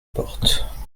porte